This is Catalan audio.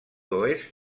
oest